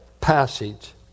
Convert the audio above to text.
passage